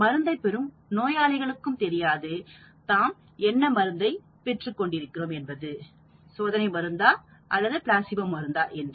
மருந்தை பெறும் நோயாளிகளுக்கும் தெரியாது தான் பெற்றுக் கொண்டு இருப்பது சோதனை மருந்தா அல்லது பிளாசிபோ மருந்தா என்று